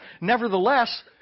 Nevertheless